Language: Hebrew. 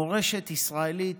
מורשת ישראלית,